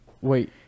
Wait